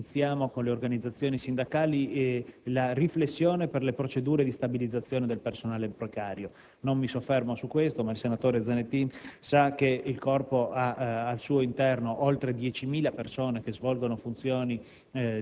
riflessione con le organizzazioni sindacali per le procedure di stabilizzazione del personale precario. Non mi soffermo su questo punto, ma il senatore Zanettin sa che il Corpo ha al suo interno oltre 10.000 persone che svolgono funzioni